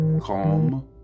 calm